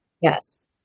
yes